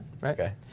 right